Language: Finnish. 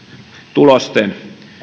tulosten